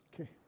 Okay